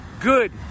good